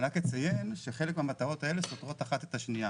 אני אציין שחלק מהמטרות האלה סותרות אחת את השנייה.